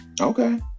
Okay